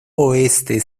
oeste